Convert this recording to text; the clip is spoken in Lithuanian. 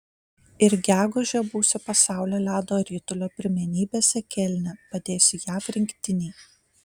ir gegužę būsiu pasaulio ledo ritulio pirmenybėse kelne padėsiu jav rinktinei